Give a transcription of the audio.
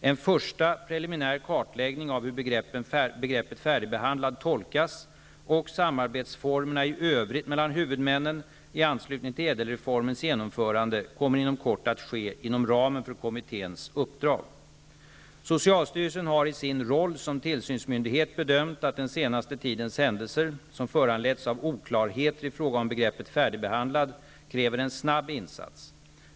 En första preliminär kartläggning av hur begreppet färdigbehandlad tolkas och samarbetsformerna i övrigt mellan huvudmännen i anslutning till ÄDEL-reformens genomförande kommer inom kort att ske inom ramen för kommitténs uppdrag. Socialstyrelsen har i sin roll som tillsynsmyndighet bedömt att den senaste tidens händelser, som föranletts av oklarheter i fråga om begreppet färdigbehandlad, kräver en snabb insats.